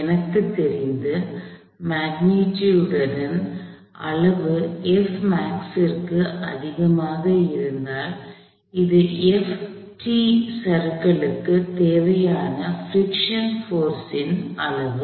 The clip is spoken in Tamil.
எனக்குத் தெரிந்து மக்னிடீயுடு ன் அளவு கு அதிகமாக இருந்தால் இது சறுக்கலுக்கும் தேவையான பிரிக்க்ஷன் உராய்வு போர்ஸ் ன் அளவு